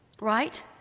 right